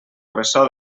ressò